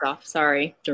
sorry